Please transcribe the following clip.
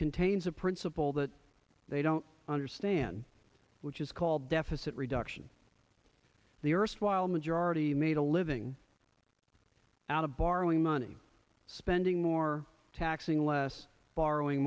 contains a principle that they don't understand which is called deficit reduction the erstwhile majority made a living out of borrowing money spending more taxing less borrowing